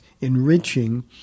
enriching